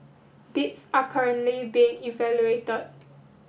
bids are currently being evaluated